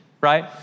right